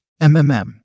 MMM